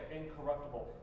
incorruptible